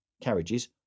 carriages